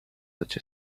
such